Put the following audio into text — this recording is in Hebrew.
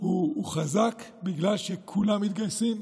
הוא חזק בגלל שכולם מתגייסים,